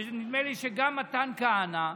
ונדמה לי שגם מתן כהנא,